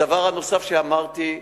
הדבר הנוסף שאמרתי: